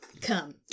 come